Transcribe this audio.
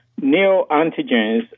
Neoantigens